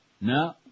No